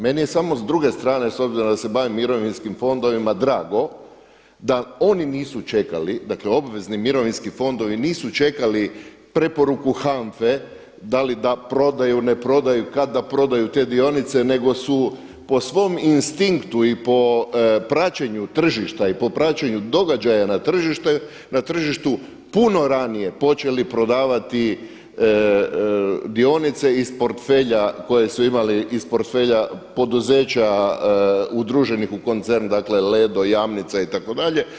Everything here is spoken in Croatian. Meni je samo s druge strane s obzirom da se bavim mirovinskim fondovima drago da oni nisu čekali, dakle obvezni mirovinski fondovi nisu čekali preporuku HANFA-e da li da prodaju, ne prodaju, kad da prodaju te dionice nego su po svom instinktu i po praćenju tržišta i po praćenju događaja na tržištu puno ranije počeli prodavati dionice iz portfelja koje su imali, iz portfelja poduzeća udruženih u koncern, dakle Ledo, Jamnica itd.